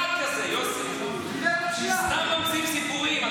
יוסי, נו, אתם סתם ממציאים סיפורים.